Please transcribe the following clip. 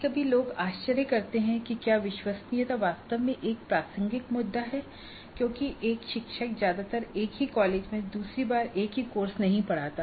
कभी कभी लोग आश्चर्य करते हैं कि क्या विश्वसनीयता वास्तव में एक प्रासंगिक मुद्दा है क्योंकि एक शिक्षक ज्यादातर एक ही कॉलेज में दूसरी बार एक ही कोर्स नहीं पढ़ाता